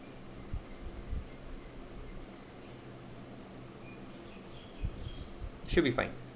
she'll be fine